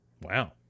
Wow